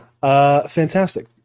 fantastic